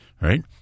right